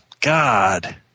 God